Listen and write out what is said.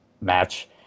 match